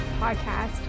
podcast